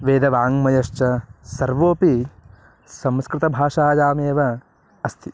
वेदवाङ्मयश्च सर्वोपि संस्कृतभाषायामेव अस्ति